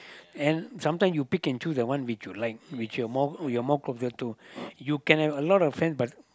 and sometimes you pick into the one which you life which you are more you are more comfort too you can have a lot of friends but